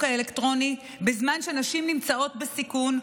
האלקטרוני בזמן שנשים נמצאות בסיכון,